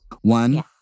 one